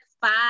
Five